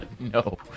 No